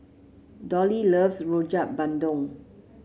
Dollie loves Rojak Bandung